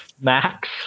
Max